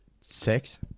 six